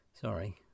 Sorry